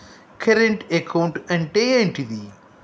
Current account అంటే ఏంటిది?